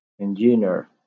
engineer